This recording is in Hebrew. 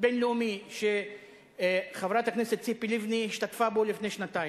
בין-לאומי שחברת הכנסת ציפי לבני השתתפה בו לפני שנתיים,